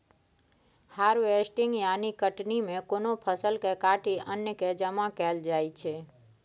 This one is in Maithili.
हार्वेस्टिंग यानी कटनी मे कोनो फसल केँ काटि अन्न केँ जमा कएल जाइ छै